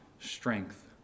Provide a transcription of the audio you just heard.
strength